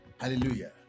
hallelujah